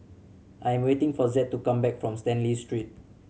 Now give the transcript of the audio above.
I'm waiting for Zed to come back from Stanley Street